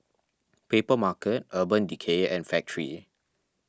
Papermarket Urban Decay and Factorie